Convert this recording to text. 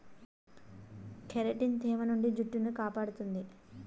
keratin తేమ నుండి జుట్టును కాపాడుతుంది